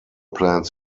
plans